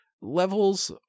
Levels